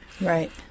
Right